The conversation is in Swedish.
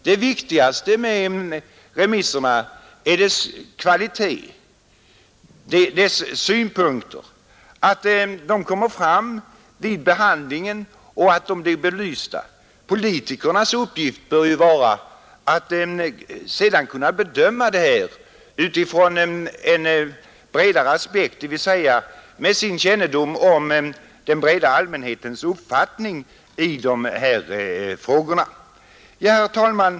Det viktigaste med remissyttrandena är deras kvalitet och att deras synpunkter kommer fram och blir belysta vid behandlingen. Politikernas uppgift bör ju vara att sedan göra en bedömning utifrån en vidare aspekt, dvs. med sin kännedom om den breda allmänhetens uppfattning i dessa frågor. Herr talman!